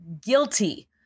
guilty